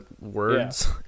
words